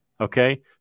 Okay